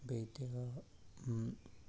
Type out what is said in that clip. بیٚیہِ تہِ